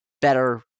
better